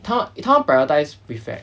他他们 prioritise prefect